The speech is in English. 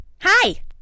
hi